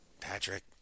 Patrick